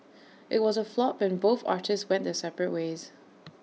IT was A flop and both artists went their separate ways